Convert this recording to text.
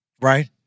Right